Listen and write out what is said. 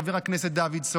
חבר הכנסת דוידסון,